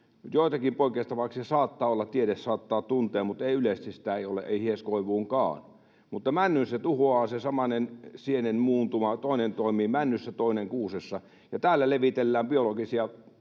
joitakin poikkeustapauksia saattaa olla, tiede saattaa tuntea, mutta yleisesti ei ole — ei hieskoivuunkaan, mutta männyn se tuhoaa, se samainen sienen muuntuma. Toinen toimii männyssä, toinen kuusessa, ja täällä levitellään biologisia